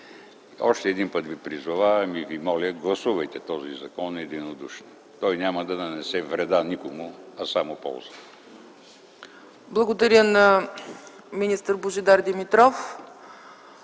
Още веднъж ви призовавам и ви моля да гласувате този закон единодушно. Той няма да нанесе вреда никому, а само полза.